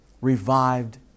revived